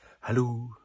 hello